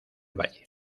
valle